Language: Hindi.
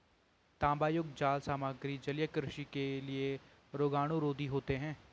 तांबायुक्त जाल सामग्री जलीय कृषि के लिए रोगाणुरोधी होते हैं